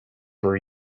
were